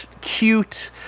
cute